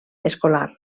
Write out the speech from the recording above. escolar